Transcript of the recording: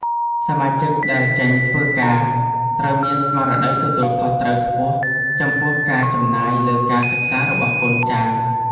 សមាជិកដែលចេញធ្វើការត្រូវមានស្មារតីទទួលខុសត្រូវខ្ពស់ចំពោះការចំណាយលើការសិក្សារបស់កូនចៅ។